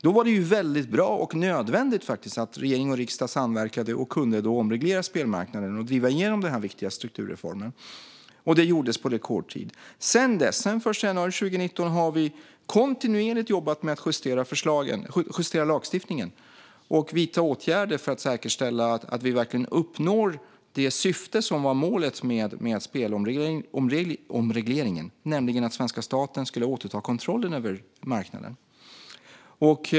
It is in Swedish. Då var det väldigt bra - och faktiskt nödvändigt - att regering och riksdag samverkade och kunde omreglera spelmarknaden och driva igenom denna viktiga strukturreform. Det gjordes på rekordtid. Sedan dess - sedan den 1 januari 2019 - har vi kontinuerligt jobbat med att justera lagstiftningen och vidta åtgärder för att säkerställa att vi verkligen uppnår det som var syftet med spelomregleringen, nämligen att den svenska staten skulle återta kontrollen över marknaden.